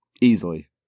Easily